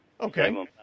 Okay